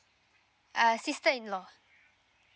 uh sister in law